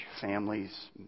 families